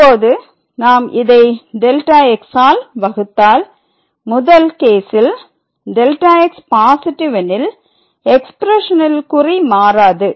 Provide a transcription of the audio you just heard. இப்போ நான் இதை Δx ஆல் வகுத்தால் முதல் கேசில் Δx பாசிட்டிவ் எனில் எக்ஸ்பிரஷனின் குறி மாறாது